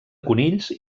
conills